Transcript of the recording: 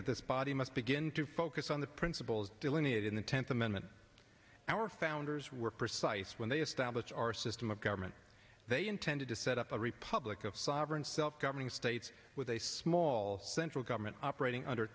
that this body must begin to focus on the principles delineated in the tenth amendment our founders were precise when they establish our system of government they intended to set up a republic of sovereign self governing states with a small central government operating under